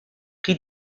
qui